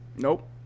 Nope